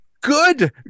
Good